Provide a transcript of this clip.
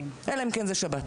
אלא אם כן זה שבת.